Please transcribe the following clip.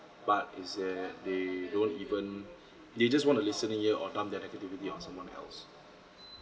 but is that they don't even they just want a listening ear or dump their negativity on someone else